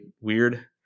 weird